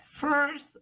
first